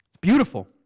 beautiful